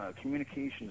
communications